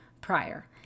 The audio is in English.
prior